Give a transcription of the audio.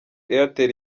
airtel